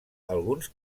alguns